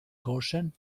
goshen